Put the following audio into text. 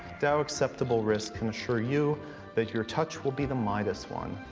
dow acceptable risk can assure you that your touch will be the midas one.